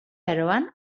aroan